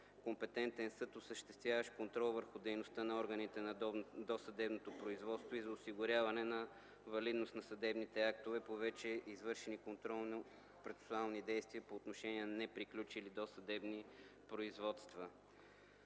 компетентен съд, осъществяващ контрол върху дейността на органите на досъдебното производство и за осигуряване на валидност на съдебните актове по вече извършени контролно процесуални действия по отношение на неприключили досъдебни производства.